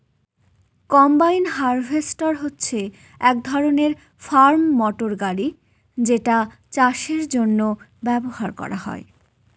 combine harvester হচ্ছে এক ধরনের ফার্ম মটর গাড়ি যেটা চাষের জন্য ব্যবহার করা হয়